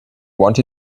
want